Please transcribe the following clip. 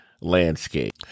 landscape